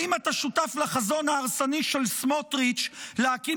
האם אתה שותף לחזון ההרסני של סמוטריץ' להקים